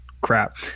crap